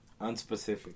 Unspecific